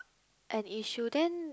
an issue then